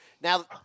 Now